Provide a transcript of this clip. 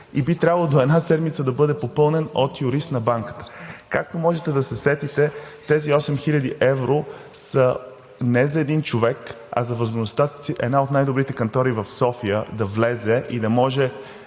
и би трябвало до една седмица да бъде попълнен от юрист на банката. Както можете да се сетите, тези 8000 евро са не за един човек, а за възможността една от най-добрите кантори в София да влезе и да може